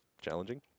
challenging